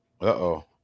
Uh-oh